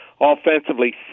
offensively